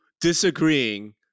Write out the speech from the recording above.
disagreeing